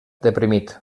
deprimit